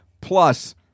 Plus